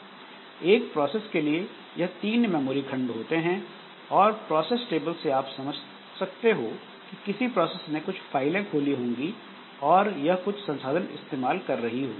एक प्रोसेस के लिए यह तीन मेमोरी खंड होते हैं और प्रोसेस टेबल से आप समझ सकते हो कि किसी प्रोसेस ने कुछ फाइल खोली होंगी और यह कुछ संसाधन इस्तेमाल कर रही हो